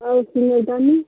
और सिंगल दानी